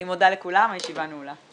אני מודה לכולם, הישיבה נעולה.